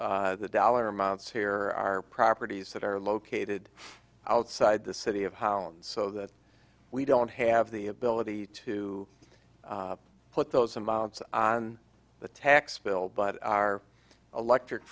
of the dollar amounts here are properties that are located outside the city of holland so that we don't have the ability to put those amounts on the tax bill but our electric